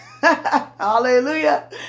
Hallelujah